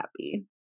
happy